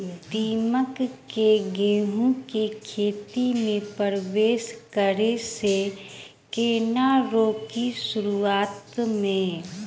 दीमक केँ गेंहूँ केँ खेती मे परवेश करै सँ केना रोकि शुरुआत में?